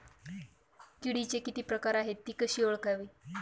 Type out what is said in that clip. किडीचे किती प्रकार आहेत? ति कशी ओळखावी?